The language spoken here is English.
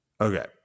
okay